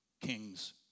king's